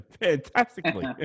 Fantastically